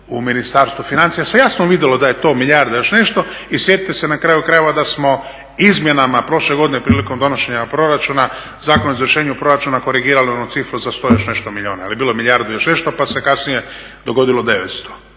u Ministarstvu financija se jasno vidjelo da je to milijarda i još nešto i sjetite se na kraju krajeva da smo izmjenama prošle godine prilikom donošenja proračuna, u Zakonu o izvršenju proračuna korigirali onu cifru za 100 i još nešto milijuna, jer je bilo milijardu i još nešto pa se kasnije dogodilo 900.